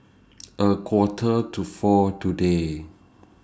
A Quarter to four today